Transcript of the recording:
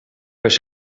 eens